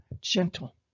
gentle